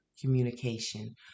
communication